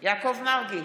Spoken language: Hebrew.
יעקב מרגי,